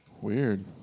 Weird